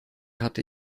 hatte